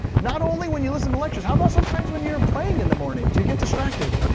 not only when you listen to lectures, how about sometimes when you're praying in the mornings? do you get distracted?